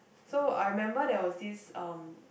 so I remember there was this um